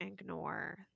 ignore